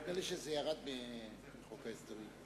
נדמה לי שזה ירד מחוק ההסדרים.